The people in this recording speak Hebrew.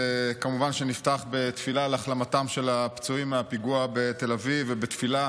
כמובן שנפתח בתפילה להחלמתם של הפצועים מהפיגוע בתל אביב ובתפילה